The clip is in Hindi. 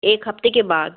एक हफ़्ते के बाद